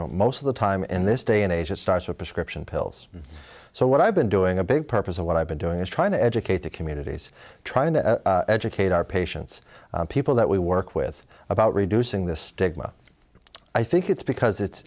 know most of the time in this day and age it starts with prescription pills so what i've been doing a big purpose of what i've been doing is trying to educate the communities trying to educate our patients people that we work with about reducing this stigma i think it's because it's